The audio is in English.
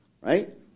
right